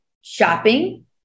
shopping